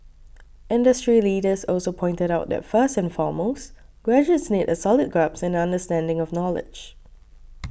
industry leaders also pointed out that first and foremost graduates need a solid grasp and understanding of knowledge